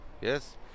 yes